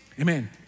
Amen